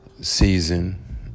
season